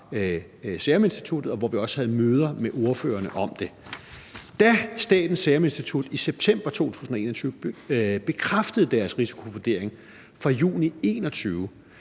og hvor vi også havde møder med ordførerne om det. Da Statens Serum Institut i september 2021 bekræftede deres risikovurdering fra juni 2021,